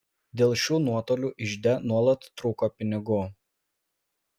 dėl šių nuotolių ižde nuolat trūko pinigų